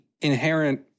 inherent